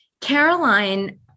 Caroline